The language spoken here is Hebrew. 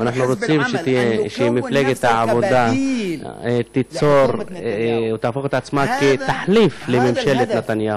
ואנחנו רוצים שמפלגת העבודה תהפוך את עצמה לתחליף לממשלת נתניהו.